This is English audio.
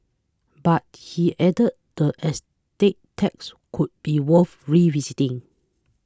but he added that estate tax could be worth revisiting